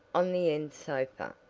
on the end sofa,